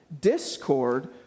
discord